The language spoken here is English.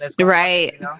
Right